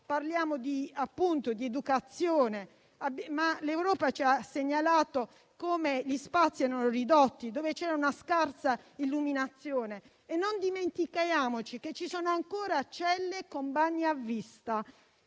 Parliamo di educazione, ma l'Europa ci ha segnalato dove gli spazi sono ridotti e dove c'è una scarsa illuminazione e non dimentichiamo che ci sono ancora celle con il bagno a vista.